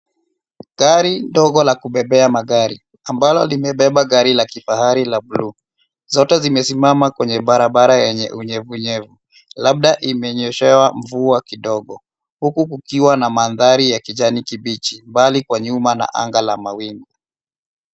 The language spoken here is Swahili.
Gari ndogo la kubebea magari ambalo limebeba gari la kifahari la buluu. Zote zimesimama kwenye barabara yenye unyevunyevu, labda imenyeshewa mvua kidogo, huku kukiwa na mandhari ya kijani kibichi mbali kwa nyuma na anga la mawingu.